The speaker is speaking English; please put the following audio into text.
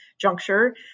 juncture